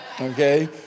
okay